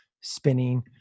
spinning